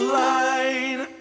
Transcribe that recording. line